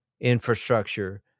infrastructure